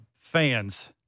fans